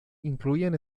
incluían